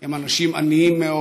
הם אנשים עניים מאוד,